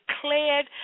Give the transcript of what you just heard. declared